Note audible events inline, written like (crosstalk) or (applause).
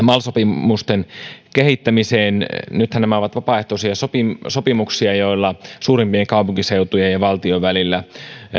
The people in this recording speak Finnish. (unintelligible) mal sopimusten kehittämiseen nythän nämä ovat vapaaehtoisia sopimuksia sopimuksia joilla suurimpien kaupunkiseutujen ja valtion välillä